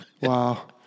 Wow